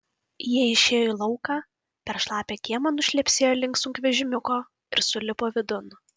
jie išėjo į lauką per šlapią kiemą nušlepsėjo link sunkvežimiuko ir sulipo vidun